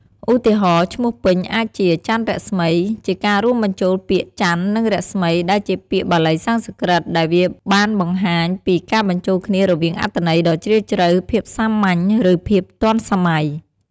ឧទាហរណ៍ ឈ្មោះពេញអាចជា ច័ន្ទរស្មី ជាការរួមបញ្ចូលពាក្យ ច័ន្ទ និង រស្មី ដែលជាពាក្យបាលីសំស្ក្រឹត ដែលវាបានបង្ហាញពីការបញ្ចូលគ្នារវាងអត្ថន័យដ៏ជ្រាលជ្រៅ ភាពសាមញ្ញ ឬភាពទាន់សម័យ។